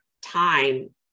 time